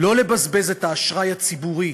לא לבזבז את האשראי הציבורי